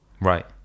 Right